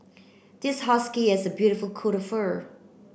this husky has a beautiful coat of fur